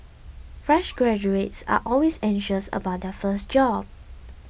fresh graduates are always anxious about their first job